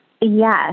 Yes